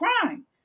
crime